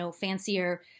fancier